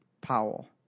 Powell